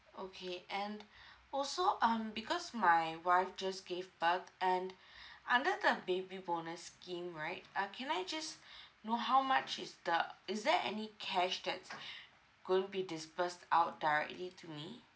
okay and also um because my wife just gave birth and under the baby bonus scheme right uh can I just know how much is the is there any cash that's going to be disbursed out directly to me